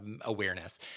awareness